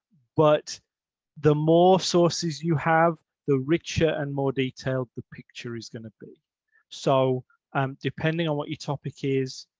but the more sources you have the richer and more detailed the picture is going to be so um depending on what your topic is